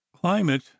Climate